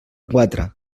quatre